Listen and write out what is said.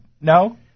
no